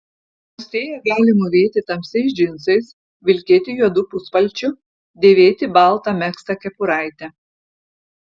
austėja gali mūvėti tamsiais džinsais vilkėti juodu puspalčiu dėvėti baltą megztą kepuraitę